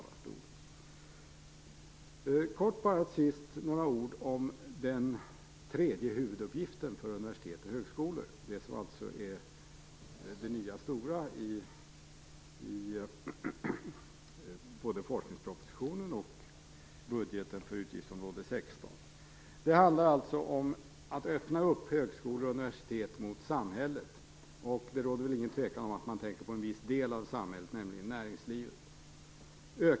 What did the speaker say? Helt kort bara några ord om den tredje huvuduppgiften för universitet och högskolor, det som är det nya stora i både forskningspropositionen och budgeten för utgiftsområde 16. Det handlar om att öppna högskolor och universitet mot samhället, och det råder inget tvivel om att man tänker på en viss del av samhället, nämligen näringslivet.